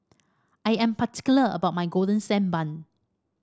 I am particular about my Golden Sand Bun